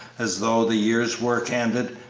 as though, the year's work ended,